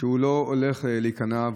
שהוא לא הולך להיכנע,